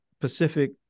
Pacific